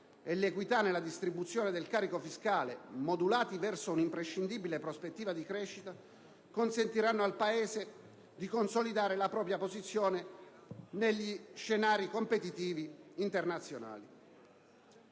e l'equità nella distribuzione del carico fiscale, modulati verso un'imprescindibile prospettiva di crescita, consentiranno al Paese di consolidare la propria posizione negli scenari competitivi internazionali.